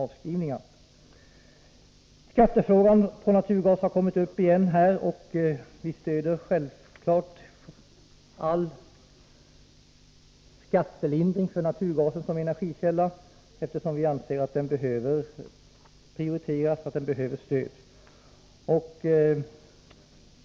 Frågan om skatt på naturgas har tagits upp här, och vi stöder självfallet all skattelindring för naturgasen som energikälla, eftersom vi anser att den behöver prioriteras och att den behöver stöd.